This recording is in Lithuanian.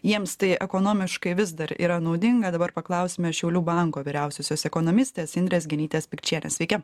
jiems tai ekonomiškai vis dar yra naudinga dabar paklausime šiaulių banko vyriausiosios ekonomistės indrės genytės pikčienės sveiki